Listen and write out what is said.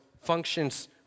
functions